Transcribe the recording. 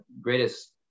greatest